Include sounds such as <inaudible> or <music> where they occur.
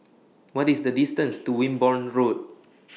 What IS The distance to Wimborne Road <noise>